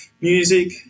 music